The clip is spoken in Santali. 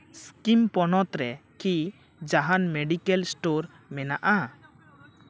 ᱥᱠᱤᱢ ᱯᱚᱱᱚᱛ ᱨᱮ ᱠᱤ ᱡᱟᱦᱟᱱ ᱢᱮᱰᱤᱠᱮᱞ ᱥᱴᱳᱨ ᱢᱮᱱᱟᱜᱼᱟ